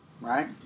right